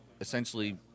essentially